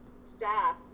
staff